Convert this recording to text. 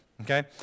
Okay